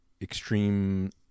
extreme